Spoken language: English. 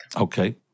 Okay